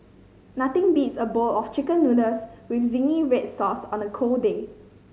nothing beats a bowl of Chicken Noodles with zingy red sauce on a cold day